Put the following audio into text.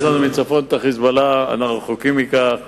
יש לנו מצפון את ה"חיזבאללה" ואנחנו רחוקים מכך,